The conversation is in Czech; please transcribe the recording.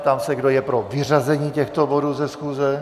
Ptám se, kdo je pro vyřazení těchto bodů ze schůze.